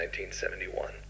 1971